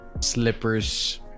slippers